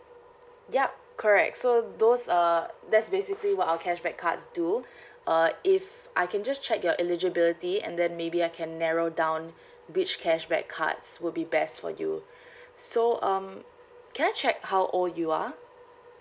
yup correct so those uh that's basically what our cashback cards do uh if I can just check your eligibility and then maybe I can narrow down which cashback cards would be best for you so um can I check how old you are